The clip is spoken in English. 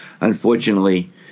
Unfortunately